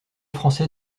français